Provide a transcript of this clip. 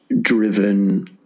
driven